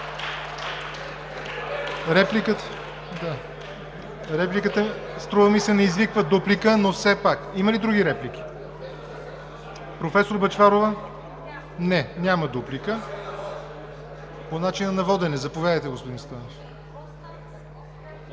ЯВОР НОТЕВ: Репликата, струва ми се, извиква дуплика, но все пак. Има ли други реплики? Професор Бъчварова? Не, няма дуплика. По начина на водене – заповядайте, господин Стойнев.